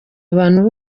abantu